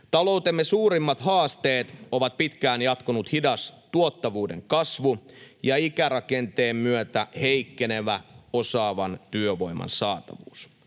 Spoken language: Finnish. Taloutemme suurimmat haasteet ovat pitkään jatkunut hidas tuottavuuden kasvu ja ikärakenteen myötä heikkenevä osaavan työvoiman saatavuus.